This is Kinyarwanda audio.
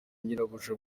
nyirabuja